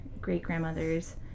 great-grandmothers